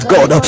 God